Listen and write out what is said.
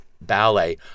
ballet